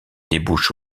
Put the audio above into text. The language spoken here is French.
débouche